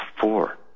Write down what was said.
four